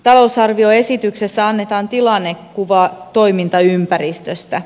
talousarvioesityksessä annetaan tilannekuva toimintaympäristöstä